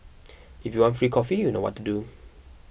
if you want free coffee you know what to do